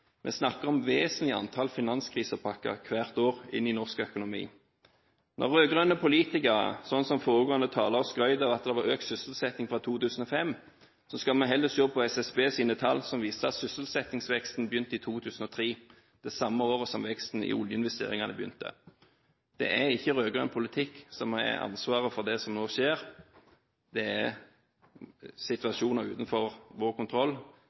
Vi snakker om et vesentlig antall finanskrisepakker hvert år inn i norsk økonomi. Når rød-grønne politikere, som foregående taler, skrøt av at det var økt sysselsetting fra 2005, skal man heller se på Statistisk sentralbyrås tall som viser at sysselsettingsveksten begynte i 2003 – det samme året som veksten i oljeinvesteringene begynte. Det er ikke rød-grønn politikk som har ansvaret for det som nå skjer. Det er situasjoner utenfor vår kontroll,